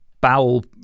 bowel